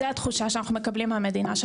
זו התחושה שאנחנו מקבלים מהמדינה,